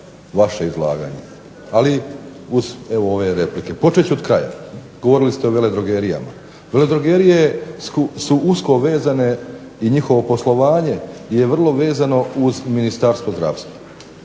vaše izlaganje, ali uz evo ove replike. Počet ću od kraja. Govorili ste o veledrogerijama. Veledrogerije su usko vezane i njihovo poslovanje je vrlo vezano uz Ministarstvo zdravstva.